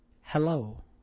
hello